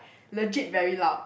legit very loud